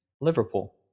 Liverpool